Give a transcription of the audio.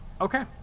Okay